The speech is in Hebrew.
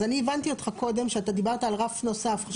אז אני הבנתי אותך קודם, כשאתה דיברת על רף נוסף.